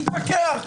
נתווכח.